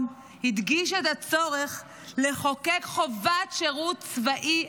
הדגיש את הצורך לחוקק חובת שירות צבאי,